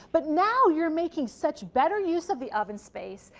but now you're making such better use of the oven space.